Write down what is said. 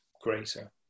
greater